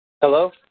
Hello